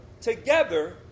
Together